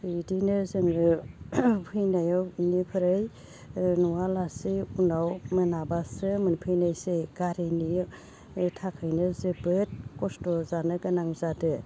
इदिनो जोङो फैनायाव बिनिफ्राय नुवालासे उनाव मोनाब्लासो मोनफैनायसै गारिनि थाखैनो जोबोद खस्थ' जानो गोनां जादो